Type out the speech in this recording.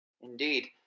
Indeed